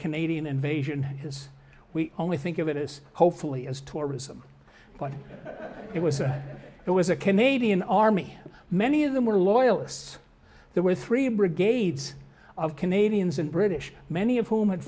canadian invasion because we only think of it as hopefully as tourism but it was a it was a canadian army many of them were loyalists there were three brigades of canadians and british many of whom